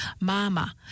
Mama